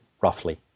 roughly